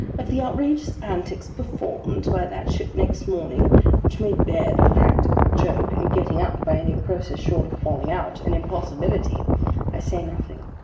of the outrageous antics performed by that ship next morning which made bed a practical joke, and getting up, by any process short of falling out, an impossibility i say nothing.